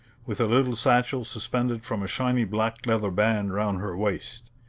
with a little satchel suspended from a shiny black leather band round her waist.